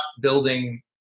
building